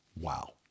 Wow